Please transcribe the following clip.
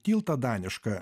tiltą danišką